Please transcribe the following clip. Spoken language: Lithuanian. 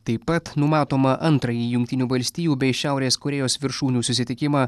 taip pat numatoma antrąjį jungtinių valstijų bei šiaurės korėjos viršūnių susitikimą